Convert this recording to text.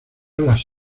las